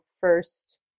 first